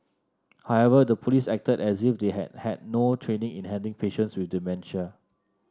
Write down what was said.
however the police acted as if they had had no training in handling patients with dementia